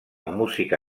música